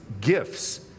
gifts